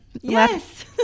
Yes